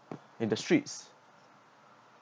in the streets